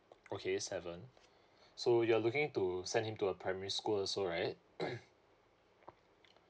okay seven so you are looking to send him to a primary school also right